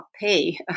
pay